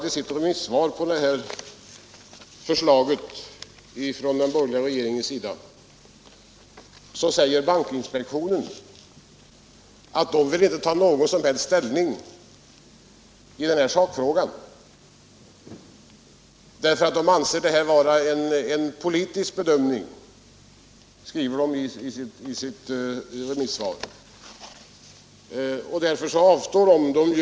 I sitt remissyttrande över förslaget från den borgerliga regeringen säger bankinspektionen att den inte vill ta någon som helst ställning i denna sakfråga. Detta är en politisk bedömning, skriver inspektionen i sitt remissvar, och därför avstår man från att uttala sig.